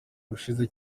ubushize